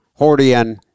Hordian